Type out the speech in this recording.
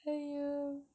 !aiyo!